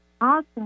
Awesome